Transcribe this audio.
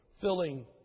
filling